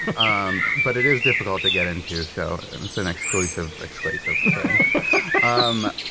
um but it is difficult to get into, so and it's an exclusive exclasive um